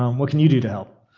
um what can you do to help?